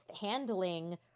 handling